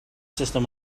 system